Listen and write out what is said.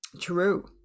True